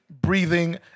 breathing